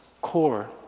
core